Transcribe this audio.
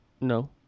No